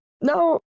no